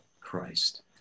Christ